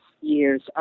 years